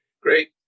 Great